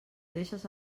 deixes